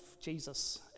Jesus